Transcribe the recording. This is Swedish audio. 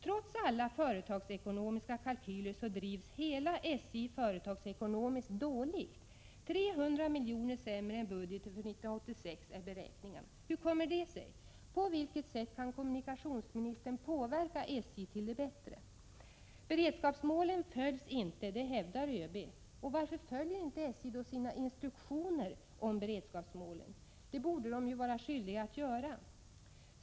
Trots alla företagsekonomiska kalkyler drivs hela SJ företagsekonomiskt dåligt. 300 milj. sämre än budgeten för 1986 är beräkningarna. Hur kommer det sig? På vilket sätt kan kommunikationsministern påverka SJ till det bättre? Beredskapsmålen följs inte — det hävdar ÖB. Varför följer inte SJ sina instruktioner om beredskapsmålen? — det borde man ju vara skyldig att göra.